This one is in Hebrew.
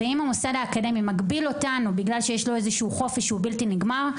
אם המוסד האקדמי מגביל אותנו בגלל שיש לו איזשהו חופש שהוא בלתי נגמר,